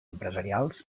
empresarials